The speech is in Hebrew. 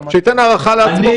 שייתן הערכה לעצמו.